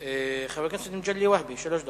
חבר הכנסת מגלי והבה, שלוש דקות.